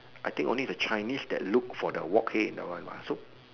I think only that Chinese that look for the work hey in that one what so